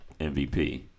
MVP